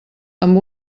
amb